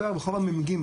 ירדה ברחוב המ"ג,